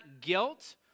guilt